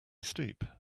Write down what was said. steep